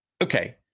okay